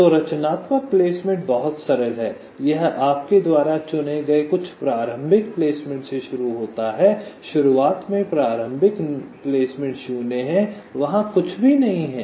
तो रचनात्मक प्लेसमेंट बहुत सरल है यह आपके द्वारा चुने गए कुछ प्रारंभिक प्लेसमेंट से शुरू होता है शुरुआत में प्रारंभिक नियुक्ति शून्य है वहां कुछ भी नहीं है